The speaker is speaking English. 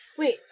Wait